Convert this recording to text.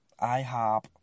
IHOP